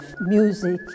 music